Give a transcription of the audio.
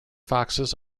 foxes